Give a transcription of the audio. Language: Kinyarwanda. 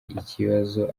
ikibazo